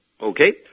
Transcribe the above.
Okay